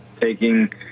taking